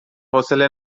حوصله